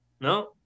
No